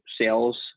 sales